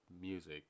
music